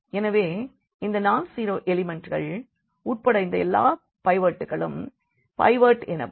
எனவே இந்த non zero எலிமெண்ட்கள் உட்பட இந்த எல்லா பைவட்களும் பைவட் எனப்படும்